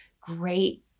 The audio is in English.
great